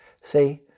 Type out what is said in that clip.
See